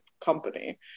company